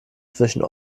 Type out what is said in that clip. zwischen